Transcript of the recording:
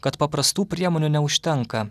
kad paprastų priemonių neužtenka